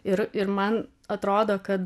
ir ir man atrodo kad